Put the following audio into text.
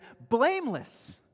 blameless